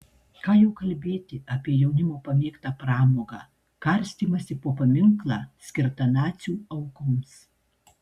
ką jau kalbėti apie jaunimo pamėgtą pramogą karstymąsi po paminklą skirtą nacių aukoms